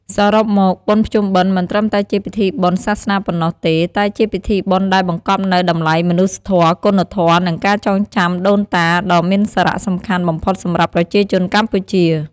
សរុបមក បុណ្យភ្ជុំបិណ្ឌ មិនត្រឹមតែជាពិធីបុណ្យសាសនាប៉ុណ្ណោះទេ តែជាពិធីបុណ្យដែលបង្កប់នូវតម្លៃមនុស្សធម៌ គុណធម៌ និងការចងចាំដូនតាដ៏មានសារៈសំខាន់បំផុតសម្រាប់ប្រជាជនកម្ពុជា។